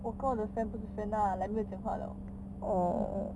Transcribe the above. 我跟我的 friend 不是 friend lah like 没有讲话 liao mm